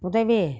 உதவி